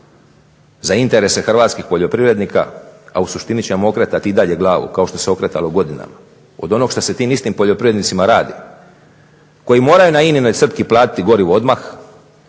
za interese hrvatskih poljoprivrednika, a u suštini ćemo okretati i dalje glavu kao što se okretalo godinama, od onog što se tim istim poljoprivrednicima radi, koji moraju na INA-inoj crpki platiti gorivo odmah,